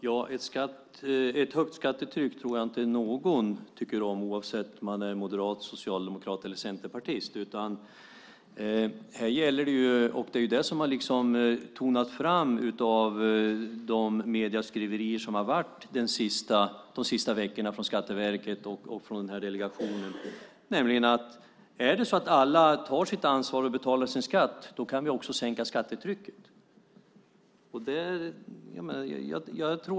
Fru talman! Ett högt skattetryck tror jag inte att någon tycker om oavsett om man är moderat, socialdemokrat eller centerpartist. Här gäller det som har tonat fram av de medieskriverier som har varit de sista veckorna från Skatteverket och från den här delegationen, nämligen att om alla tar sitt ansvar och betalar sin skatt kan vi också sänka skattetrycket.